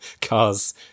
cars